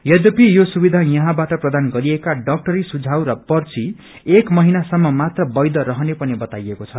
यध्यपि यो सुविधा यहाँबाट प्रदान गरिएका डाक्टरी सुझाव र पर्ची एक महिनासम्म मात्र वैष रहने पनि बताइएको छ